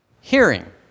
hearing